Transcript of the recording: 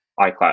iCloud